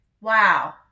Wow